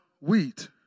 wheat